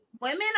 Women